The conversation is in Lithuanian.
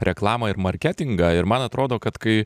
reklamą ir marketingą ir man atrodo kad kai